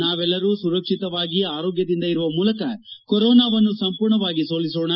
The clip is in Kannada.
ನಾವೆಲ್ಲರೂ ಸುರಕ್ಷಿತವಾಗಿ ಆರೋಗ್ಲದಿಂದ ಇರುವ ಮೂಲಕ ಕೊರೊನಾವನ್ನು ಸಂಪೂರ್ಣವಾಗಿ ಸೋಲಿಸೋಣ